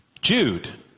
Jude